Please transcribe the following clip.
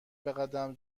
بقدم